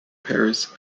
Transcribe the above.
paris